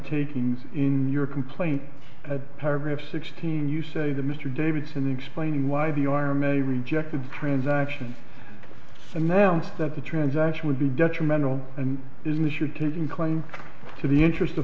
takings in your complaint paragraph sixteen you say that mr davidson explaining why the army rejected the transaction so now that the transaction would be detrimental and business you'd taken claim to the interest